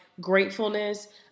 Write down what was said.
gratefulness